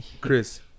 Chris